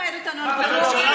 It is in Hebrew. תלמד אותנו על -------- וכינה